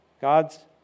God's